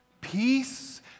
peace